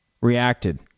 reacted